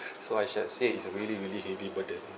so I shall say it's a really really heavy burden